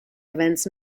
events